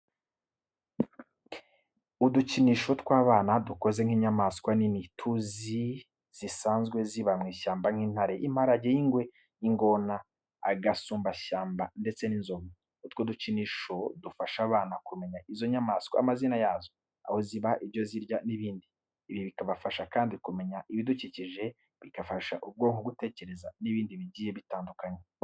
Udukinisho tw'abana dukoze nk'inyamaswa nini tuzi zisanzwe ziba mu ishyamba nk'intare, imparage, ingwe, ingona, agasumbashyamba ndetse n'inzovu. Utwo dukinisho dufasha abana kumenya izo nyamaswa, amazina yazo, aho ziba, ibyo zirya n'ibindi. Ibi bikabafasha kandi kumenya ibidukikije, bigafasha ubwonko gutekereza n'ibindi bigiye bitandukanye.